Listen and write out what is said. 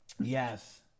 Yes